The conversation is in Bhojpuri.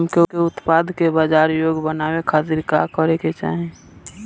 हमके उत्पाद के बाजार योग्य बनावे खातिर का करे के चाहीं?